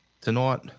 tonight